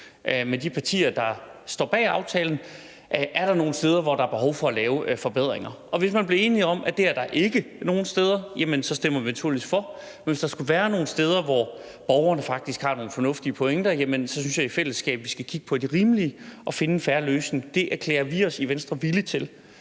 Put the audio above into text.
med de partier, der står bag aftalen, om der er nogle steder, hvor der er behov for at lave forbedringer. Og hvis vi bliver enige om, at det er der ikke nogen steder, stemmer vi naturligvis for, men hvis der skulle være nogle steder, hvor borgerne faktisk har nogle fornuftige pointer, synes jeg, at vi skal kigge på dem i fællesskab og se, om de er rimelige, og finde en fair løsning. Det erklærer vi os i Venstre villige til.